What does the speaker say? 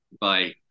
Bye